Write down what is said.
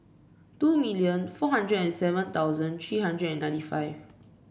two million four hundred and seven thousand three hundred and ninety five